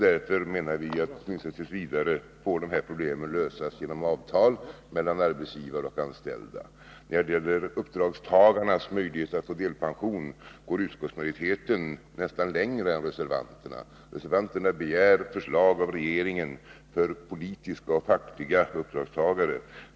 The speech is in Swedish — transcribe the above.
Därför menar vi att problemen åtminstone t. v. får lösas genom avtal mellan arbetsgivare och 193 anställda. När det gäller uppdragstagares möjlighet att få delpension går utskottsmajoriteten nästan längre än reservanterna. Reservanterna begär ett förslag av regeringen för politiska och fackliga uppdragstagare.